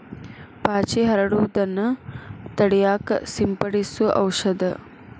ಪಾಚಿ ಹರಡುದನ್ನ ತಡಿಯಾಕ ಸಿಂಪಡಿಸು ಔಷದ